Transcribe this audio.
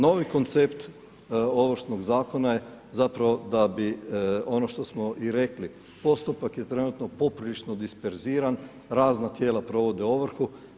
Novi koncept Ovršnog zakona je zapravo da bi ono što smo i rekli, postupak je trenutno poprilično disperziran, razna tijela provode ovrhu.